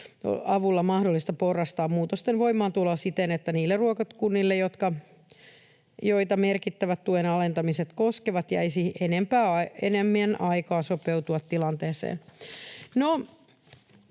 avulla mahdollista porrastaa muutosten voimaantuloa siten, että niille ruokakunnille, joita merkittävät tuen alentamiset koskevat, jäisi enemmän aikaa sopeutua tilanteeseen.”